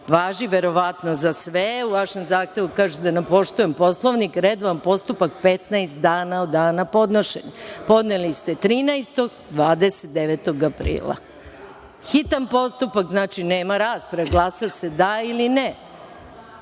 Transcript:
važi verovatno za sve, u vašem zahtevu se kaže da ne poštujem Poslovnik, redovan postupak 15 dana od dana podnošenja. Podneli ste 13, 29. aprila. Hitan postupak znači da nema rasprave, glasa se da ili